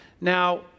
Now